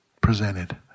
presented